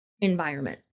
environment